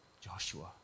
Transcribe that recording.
Joshua